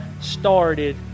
started